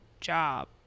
job